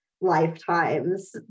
lifetimes